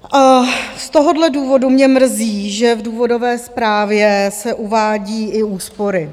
Z tohohle důvodu mě mrzí, že v důvodové zprávě se uvádí i úspory.